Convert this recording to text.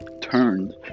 turned